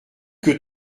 que